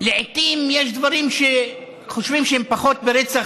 ולעיתים יש דברים שחושבים שהם פחות מרצח,